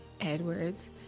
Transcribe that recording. Edwards